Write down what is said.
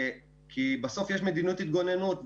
בסוף יש מדיניות התגוננות,